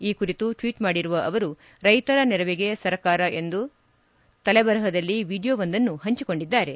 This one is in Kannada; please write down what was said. ಈ ಕುರಿತು ಟ್ವೀಟ್ ಮಾಡಿರುವ ಅವರು ರೈತರ ನೆರವಿಗೆ ಸರ್ಕಾರ ಎಂದು ತಲೆಬರಹದಲ್ಲಿ ವೀಡಿಯೋವೊಂದನ್ನು ಹಂಚಿಕೊಂಡಿದ್ದಾರೆ